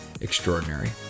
extraordinary